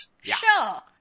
Sure